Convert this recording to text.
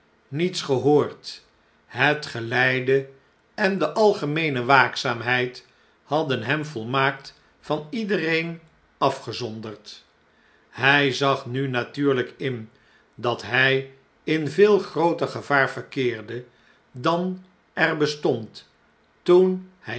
niets gehoord het geleide en de algemeene waakzaamheid hadden hem volmaakt van iedereen afgezonderd hjj zag nu natuurlp in dat hg in veel grooter gevaar verkeerde dan er bestond toen ng